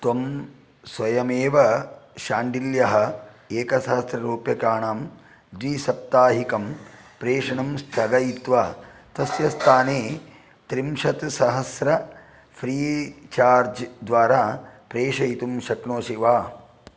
त्वं स्वयमेव शाण्डिल्यः एकसहस्ररूप्यकाणां द्विसाप्ताहिकं प्रेषणं स्थगयित्वा तस्य स्थाने त्रिंशत् सहस्र फ्रीचार्ज् द्वारा प्रेषयितुं शक्नोषि वा